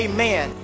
Amen